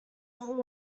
what